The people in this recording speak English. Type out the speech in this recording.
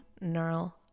neural